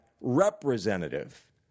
representative